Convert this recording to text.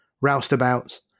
roustabouts